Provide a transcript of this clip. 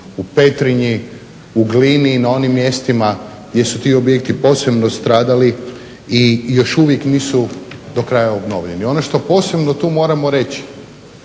u Petrinji, u Glini i na onim mjestima gdje su ti objekti posebno stradali i još uvijek nisu do kraja obnovljeni. Ono što posebno tu moramo reći